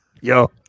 Yo